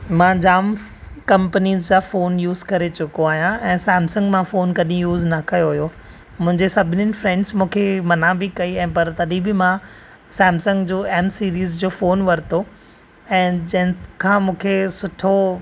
मां जाम कंपनीस जा फ़ोन यूज़ करे चुको आहियां ऐं सैमसंग मां फ़ोन कॾहिं यूज न कयो हुयो मुंहिंजे सभिनीनि फ्रैंड्स मूंखे मना बि कई पर तॾहिं बि मां सैमसंग जो एम सीरीज़ जो फ़ोन वठितो ऐं जंहिंखां मूंखे सुठो